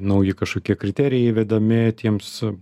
nauji kažkokie kriterijai įvedami tiems